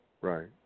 Right